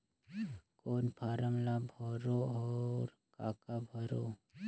कौन फारम ला भरो और काका भरो?